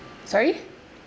sorry